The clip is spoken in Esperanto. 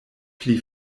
pli